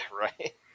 Right